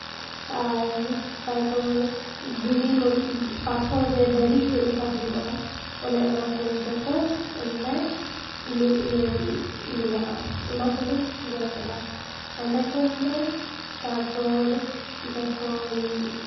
ᱟᱨ ᱛᱟᱨᱯᱚᱨ ᱫᱷᱤᱨᱤ ᱯᱟᱛᱷᱚᱨ ᱨᱮ ᱫᱟᱨᱮ ᱪᱮᱫ ᱞᱮᱠᱟ ᱦᱩᱭᱩᱜᱼᱟ ᱚᱱᱮ ᱚᱱᱟᱠᱚ ᱡᱚᱛᱚ ᱚᱸᱰᱮ ᱢᱮᱱᱟᱜᱼᱟ ᱚᱱᱟᱦᱚᱸᱞᱮ ᱧᱮᱞ ᱟᱠᱟᱫᱟ ᱚᱸᱰᱮ ᱠᱷᱚᱱ ᱫᱚ ᱛᱟᱨᱯᱚᱨ ᱡᱠᱷᱚᱱ